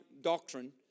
doctrine